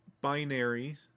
Binary